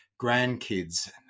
grandkids